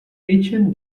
haitian